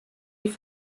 die